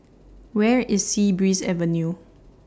Where IS Sea Breeze Avenue